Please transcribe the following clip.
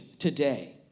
today